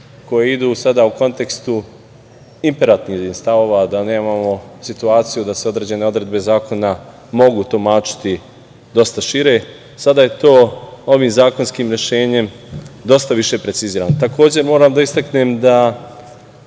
koje sada idu u kontekstu imperativnih stavova, da nemamo situaciju da se određene odredbe zakona mogu tumačiti dosta šire, sada je to ovim zakonskim rešenjem dosta više precizirano. Takođe, moram da istaknem da